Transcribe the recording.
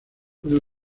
puede